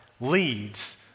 leads